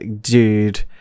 dude